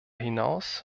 hinaus